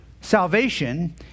salvation